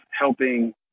helping